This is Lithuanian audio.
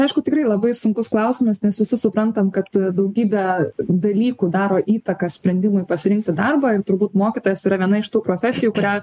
aišku tikrai labai sunkus klausimas nes visi suprantam kad daugybę dalykų daro įtaką sprendimui pasirinkti darbą ir turbūt mokytojas yra viena iš tų profesijų kurią